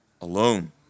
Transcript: alone